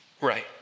right